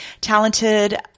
talented